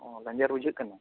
ᱚᱻ ᱞᱮᱧᱡᱮᱨ ᱵᱩᱡᱷᱟᱹᱜ ᱠᱟᱱᱟ